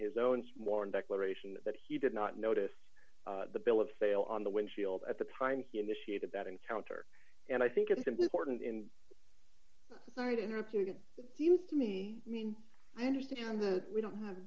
his own sworn declaration that he did not notice the bill of sale on the windshield at the time he initiated that encounter and i think it's important and sorry to interrupt you again seems to me i mean i understand the we don't have